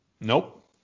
Nope